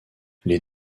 les